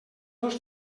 dos